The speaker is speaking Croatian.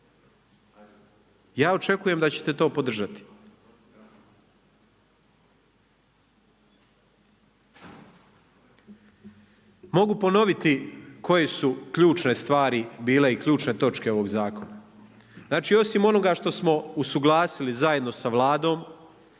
Ja očekujem da ćete to podržati. Mogu ponoviti koje su ključne stvari bile i ključne točke ovog zakona. Znači osim onoga što smo usuglasili zajedno sa Vladom